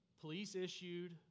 police-issued